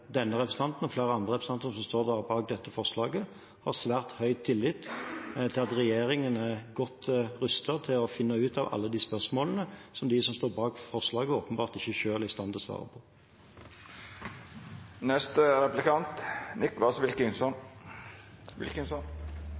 denne representanten og flere andre representanter som står bak dette forslaget, har svært høy tillit til at regjeringen er godt rustet til å finne ut av alle de spørsmålene som de som står bak forslaget, åpenbart ikke selv er i stand til å svare